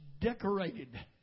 decorated